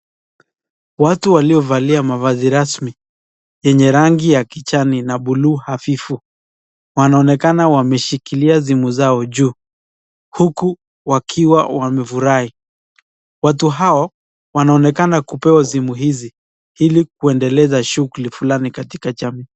Watu walivalia mavazi rasmi yenye rangi ya kijani na blue hafifu. Wanaonekana wameshikilia simu zao juu huku wakiwa wamefurahi. Watu hao wanaonekana kupewa simu hizi ili kuendeleza shughuli fulani katika jamii.